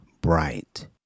bright